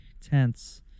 tense